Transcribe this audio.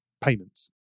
payments